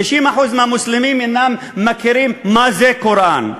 90% מהמוסלמים אינם מכירים מה זה קוראן.